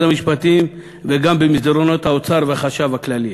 המשפטים וגם במסדרונות האוצר והחשב הכללי.